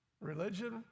religion